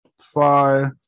five